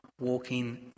walking